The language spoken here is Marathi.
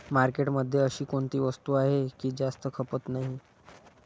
मार्केटमध्ये अशी कोणती वस्तू आहे की जास्त खपत नाही?